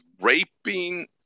raping